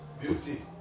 Beauty